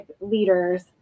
leaders